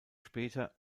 später